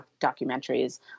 documentaries